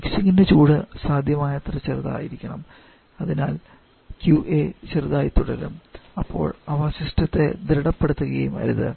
മിക്സിംഗിന്റെ ചൂട് സാധ്യമായത്ര ചെറുതായിരിക്കണം അതിനാൽ QA ചെറുതായി തുടരും അപ്പോൾ അവ സിസ്റ്റത്തെ ദൃഢപ്പെടുത്തുകയും അരുത്